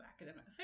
Academic